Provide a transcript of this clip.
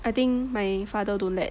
I think my father don't let